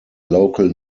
local